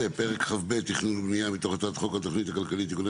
פרק כ"ב (תכנון ובנייה) מתוך הצעת חוק התוכנית הכלכלית (תיקוני